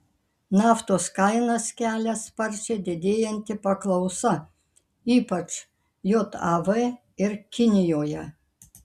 naftos kainas kelia sparčiai didėjanti paklausa ypač jav ir kinijoje